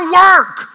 work